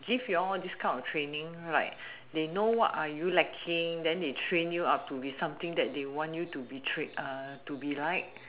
give your this kind of training like they know what are you lacking then they train you up to be something that they want you to be trained to be like